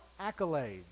accolades